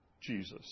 Jesus